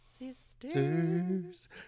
Sisters